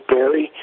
Barry